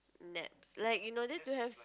naps like you no need to have